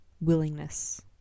willingness